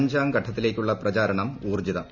അഞ്ചാംഘട്ടത്തിലേയ്ക്കുള്ള പ്രചാരണം ഊൌർജ്ജിതം